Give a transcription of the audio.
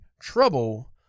trouble